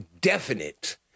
definite